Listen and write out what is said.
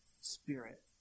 spirit